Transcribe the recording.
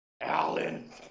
Alan